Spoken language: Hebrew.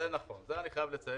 זה נכון, זה אני חייב לציין.